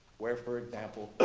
where for example,